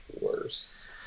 worse